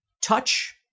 touch